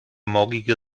morgige